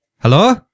Hello